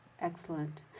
Excellent